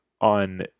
on